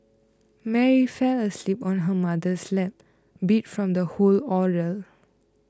Mary fell asleep on her mother's lap beat from the whole ordeal